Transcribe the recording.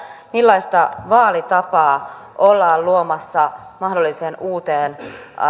millaista vaalitapaa ollaan luomassa mahdolliseen uuteen